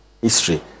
history